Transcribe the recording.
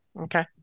Okay